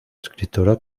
escritora